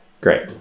great